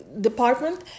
Department